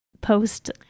post